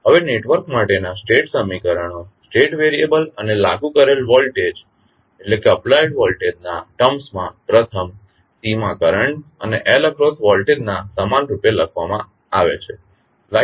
હવે નેટવર્ક માટેનાં સ્ટેટ સમીકરણો સ્ટેટ વેરીયબલ અને લાગુ કરેલ વોલ્ટેજ ના ટર્મ્સમાં પ્રથમ C માં કરંટ અને L અક્રોસ વોલ્ટેજ ના સમાનરૂપે લખવામાં આવે છે